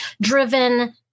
driven